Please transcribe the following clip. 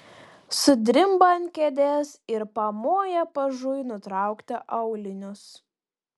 sudrimba ant kėdės ir pamoja pažui nutraukti aulinius